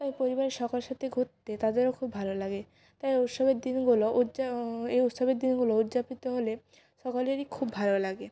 তাই পরিবারের সকলের সাথে ঘুত্তে তাদেরও খুব ভালো লাগে তাই উৎসবের দিনগুলো উৎযা এই উৎসবের দিনগুলো উৎযাপিত হলে সকলেরই খুব ভালো লাগে